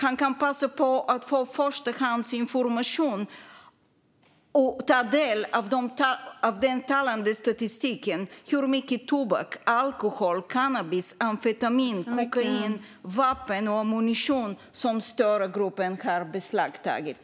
Han kan då också få förstahandsinformation och ta del av den talande statistiken över hur mycket tobak, alkohol, cannabis, amfetamin, kokain, vapen och ammunition som Störa-gruppen har beslagtagit.